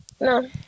no